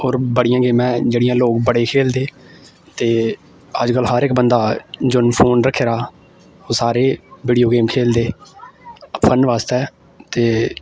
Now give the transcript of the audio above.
होर बड़ियां गेमां जेह्ड़ियां लोक बड़े खेलदे ते अज्जकल हर इक बंदा जुन्न फोन रक्खे दा ओह् सारे वीडियो गेम खेलदे फन बास्तै ते